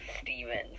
steven